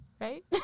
Right